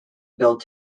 built